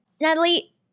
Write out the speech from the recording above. Natalie